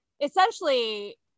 essentially